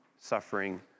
suffering